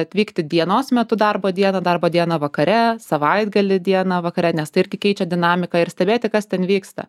atvykti dienos metu darbo dieną darbo dieną vakare savaitgalį dieną vakare nes tai irgi keičia dinamiką ir stebėti kas ten vyksta